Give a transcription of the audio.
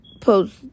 post